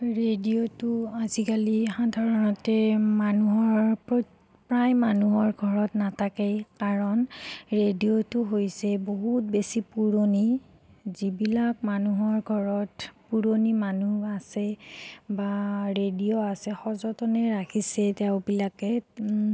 ৰেডিঅ'টো আজিকালি সাধাৰণতে মানুহৰ প্ৰ প্ৰায় মানুহৰ ঘৰত নাথাকেই কাৰণ ৰেডিঅ'টো হৈছে বহুত বেছি পুৰণি যিবিলাক মানুহৰ ঘৰত পুৰণি মানুহ আছে বা ৰেডিঅ' আছে সযতনে ৰাখিছে তেওঁবিলাকে